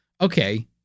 okay